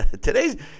Today's